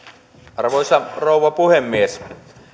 arvoisa rouva puhemies